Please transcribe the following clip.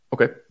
Okay